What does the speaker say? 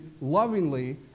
lovingly